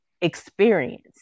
experience